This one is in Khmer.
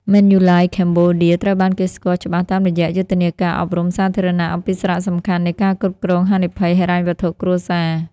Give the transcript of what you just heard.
Manulife Cambodia ត្រូវបានគេស្គាល់ច្បាស់តាមរយៈយុទ្ធនាការអប់រំសាធារណៈអំពីសារៈសំខាន់នៃ ការគ្រប់គ្រងហានិភ័យ ហិរញ្ញវត្ថុគ្រួសារ។